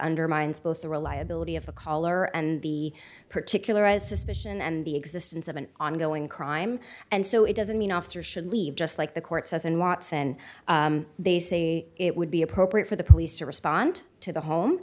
undermines both the reliability of the caller and the particularized suspicion and the existence of an ongoing crime and so it doesn't mean officers should leave just like the court says and watson they say it would be appropriate for the police to respond to the home